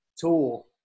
tool